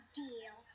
deal